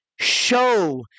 show